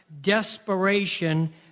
desperation